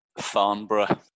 Farnborough